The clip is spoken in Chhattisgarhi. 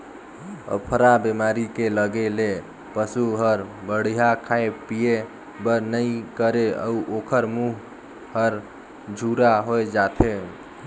अफरा बेमारी के लगे ले पसू हर बड़िहा खाए पिए बर नइ करे अउ ओखर मूंह हर झूरा होय जाथे